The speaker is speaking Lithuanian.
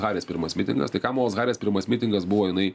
haris pirmas mitingas tai kamalos haris pirmas mitingas buvo jinai